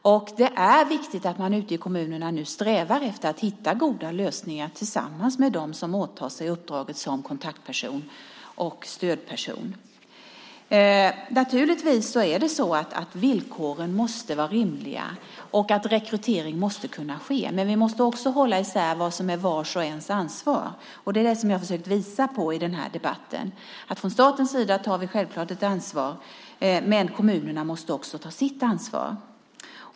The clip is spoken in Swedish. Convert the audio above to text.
Det är viktigt att man ute i kommunerna nu strävar efter att hitta goda lösningar tillsammans med dem som åtar sig uppdraget som kontakt eller stödperson. Naturligtvis är det så att villkoren måste vara rimliga och att rekrytering måste kunna ske, men vi måste också hålla isär vad som är vars och ens ansvar. Det är det jag har försökt visa i den här debatten. Från statens sida tar vi självklart ett ansvar, men kommunerna måste också ta sitt ansvar.